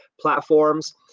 platforms